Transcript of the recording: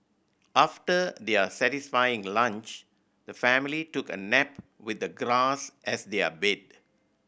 after their satisfying lunch the family took a nap with the grass as their bed